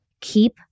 keep